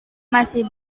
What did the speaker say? masih